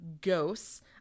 ghosts